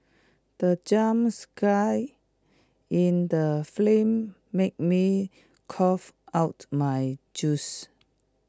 the jump scare in the film made me cough out my juice